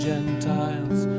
Gentiles